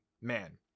man